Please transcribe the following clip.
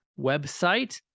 website